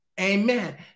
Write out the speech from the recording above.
Amen